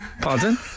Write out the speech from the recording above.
Pardon